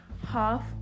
Half